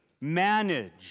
manage